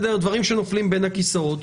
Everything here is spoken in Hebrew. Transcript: דברים שנופלים בין הכיסאות,